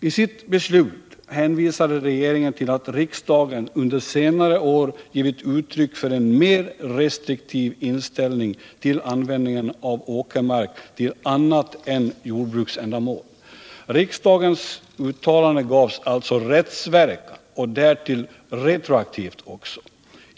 I sitt beslut hänvisade regeringen till att riksdagen under senare år givit uttryck för en mer restriktiv inställning till användningen av åkermark för annat än jordbruksändamål. Riksdagens uttalande gavs alltså rättsverkan, och därtill retroaktiv sådan.